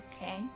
Okay